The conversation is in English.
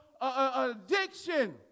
addiction